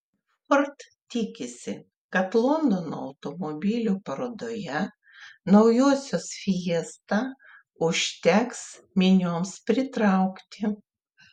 ford tikisi kad londono automobilių parodoje naujosios fiesta užteks minioms pritraukti